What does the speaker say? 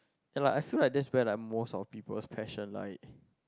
and like I feel like that's plan like most of people passion like